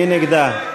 מי נגדה?